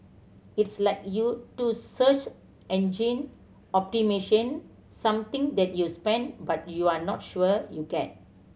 it's like you do search engine optimation something that you spend but you're not sure you get